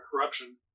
corruption